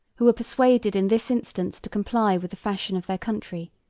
who were persuaded in this instance to comply with the fashion of their country,